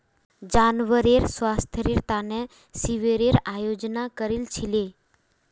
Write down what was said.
जानवरेर स्वास्थ्येर तने शिविरेर आयोजन करील छिले